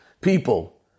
People